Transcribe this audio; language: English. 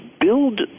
Build